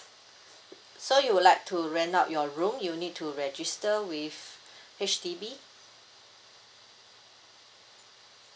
so you would like to rent out your room you need to register with H_D_B